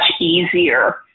easier